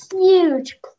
Huge